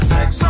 Sex